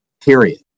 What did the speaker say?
period